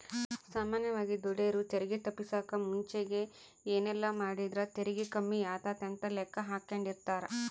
ಸಾಮಾನ್ಯವಾಗಿ ದುಡೆರು ತೆರಿಗೆ ತಪ್ಪಿಸಕ ಮುಂಚೆಗೆ ಏನೆಲ್ಲಾಮಾಡಿದ್ರ ತೆರಿಗೆ ಕಮ್ಮಿಯಾತತೆ ಅಂತ ಲೆಕ್ಕಾಹಾಕೆಂಡಿರ್ತಾರ